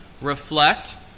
reflect